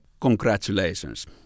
congratulations